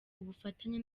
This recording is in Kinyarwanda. ubufatanye